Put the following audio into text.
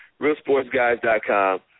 realsportsguys.com